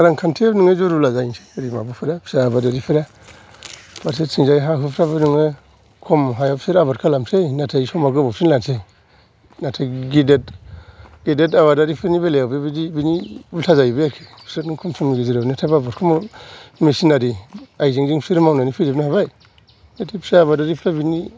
रांखान्थियारि नोङो जरुला जायैसै ओरै माबाफोरा फिसा आबादारिफ्रा फारसेथिंजाय हा हुफ्राबो नोङो खम हायाव बिसोर आबाद खालामसै नाथाय समा गोबावसिन लासै नाथाय गेदेत गेदेत आबादारिफोरनि बेलायाव बेबादि बेनि उल्था जायैबाय आरोखि बिसोरो खम समावनो हाबाफोरखौ माव मिसिनारि आयजेंजों बिसोरो मावनानै फोजोबनो हाबाय नाथाय फिसा आबादारिफोर बेनि